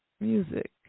Music